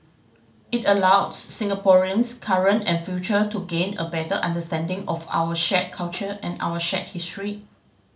it allows Singaporeans current and future to gain a better understanding of our shared culture and our shared history